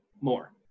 more